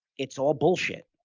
it's all bullshit.